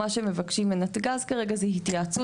מה שמבקשים פה מנתג"ז כרגע זה התייעצות